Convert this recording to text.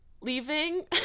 leaving